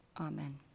Amen